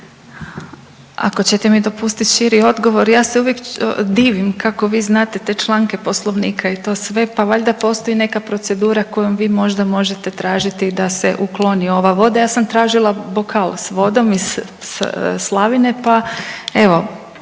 Ako ćete mi dopustiti širi odgovor, ja se uvijek divim kako vi znate te članke poslovnika i to sve pa valjda postoji neka procedura kojom vi možda možete tražiti da se ukloni ova voda. Ja sam tražila bokal s vodom iz slavine pa evo